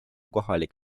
kohalik